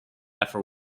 after